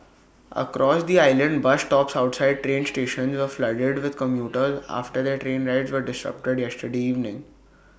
across the island bus stops outside train stations were flooded with commuters after their train rides were disrupted yesterday evening